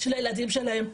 הילדים שלהם.